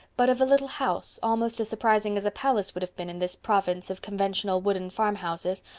but of a little house almost as surprising as a palace would have been in this province of conventional wooden farmhouses,